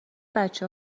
بچه